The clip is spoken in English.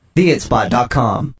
TheItSpot.com